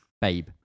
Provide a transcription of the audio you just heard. Babe